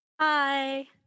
hi